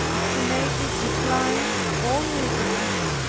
as to make it decline all reasonings,